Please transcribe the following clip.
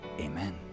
Amen